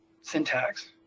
syntax